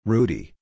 Rudy